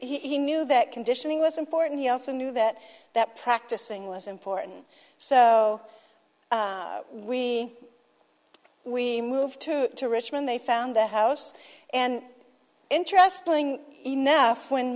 he knew that conditioning was important he also knew that that practicing was important so we we moved to richmond they found the house and interesting enough when